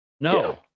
No